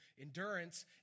Endurance